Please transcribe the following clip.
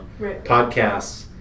podcasts